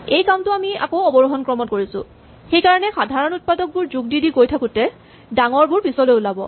এই কামটো আমি আকৌ অৱৰোহন ক্ৰমত কৰিছো সেইকাৰণে সাধাৰণ উৎপাদকবোৰ যোগ দি দি গৈ থাকোতে ডাঙৰবোৰ পিছলৈ ওলাব